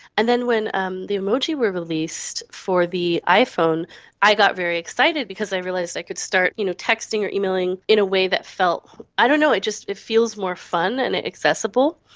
and then when um the emoji were released for the iphone i got very excited because i realised i could start you know texting or emailing in a way that felt, i don't know, it just feels more fun and accessible.